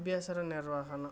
అభ్యాసర నిర్వాహణ